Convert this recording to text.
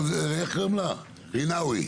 רינאווי.